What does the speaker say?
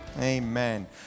Amen